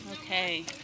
Okay